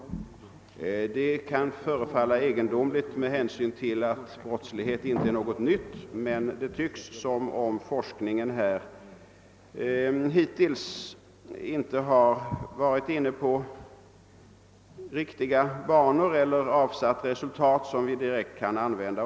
Detta kan förefalla egendomligt med hänsyn till att brottslighet inte är någonting nytt, men det tycks som om forskningen hittills inte har varit inne på riktiga banor eller avsatt resultat som vi direkt kan använda.